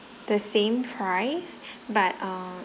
the same price but uh